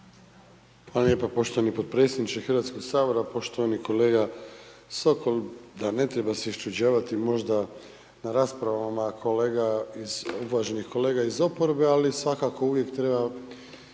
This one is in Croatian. Hvala lijepa poštovani potpredsjedniče HS. Poštovani kolega Sokol, da ne treba se iščuđavati možda na raspravama, kolega iz, uvaženi kolega iz oporbe, ali svakako uvijek treba